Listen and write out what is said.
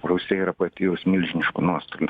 rusija yra patyrus milžiniškų nuostolių